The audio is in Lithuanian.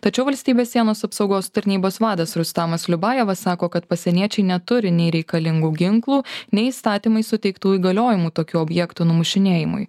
tačiau valstybės sienos apsaugos tarnybos vadas rustamas liubajevas sako kad pasieniečiai neturi nei reikalingų ginklų nei įstatymais suteiktų įgaliojimų tokių objektų numušinėjimui